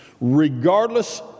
regardless